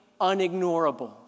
unignorable